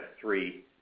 three